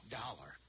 dollar